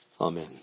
Amen